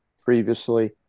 previously